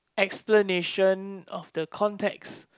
explanation of the context